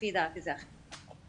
לפי דעתי זה הכי חשוב.